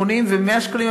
80 ו-100 שקלים,